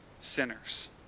sinners